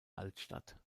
altstadt